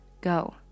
Go